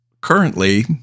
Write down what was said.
currently